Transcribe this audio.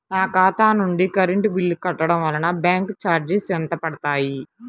నా ఖాతా నుండి కరెంట్ బిల్ కట్టడం వలన బ్యాంకు చార్జెస్ ఎంత పడతాయా?